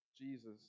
Jesus